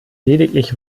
lediglich